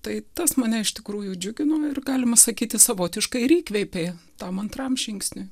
tai tas mane iš tikrųjų džiugino ir galima sakyti savotiškai ir įkvėpė tam antram žingsniui